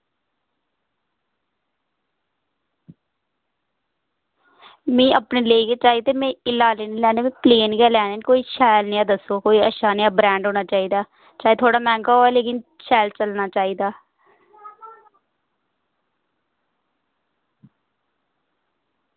नेईं में अपने लेई गै चाहिदे में अपने लेई गै लैने न कोई शैल निहां दस्सो कोई अच्छा निहा ब्रांड होना चाहिदा चाहे थोह्ड़ा मैहंगा होऐ लेकिन शैल चलना चाहिदा